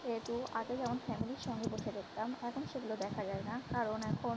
সেহেতু আগে যেমন ফ্যামিলির সঙ্গে বসে দেকতাম এখন সেগুলো দেখা যায় না কারণ এখন